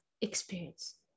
experience